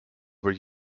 were